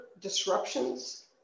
disruptions